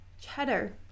cheddar